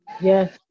Yes